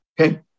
Okay